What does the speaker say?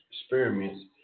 experiments